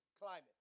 Climate